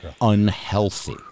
unhealthy